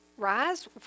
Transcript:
rise